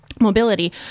mobility